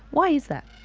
why is that?